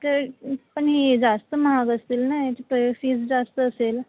तर पण हे जास्त महाग असतील ना याची प फीज जास्त असेल